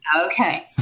okay